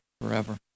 forever